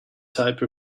type